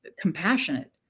compassionate